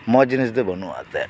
ᱢᱚᱸᱡ ᱡᱤᱱᱤᱥ ᱫᱚ ᱵᱟᱹᱱᱩᱜᱼᱟ ᱮᱱᱛᱮ